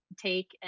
take